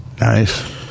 Nice